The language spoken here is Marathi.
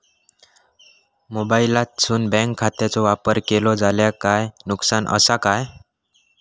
मोबाईलातसून बँक खात्याचो वापर केलो जाल्या काय नुकसान असा काय?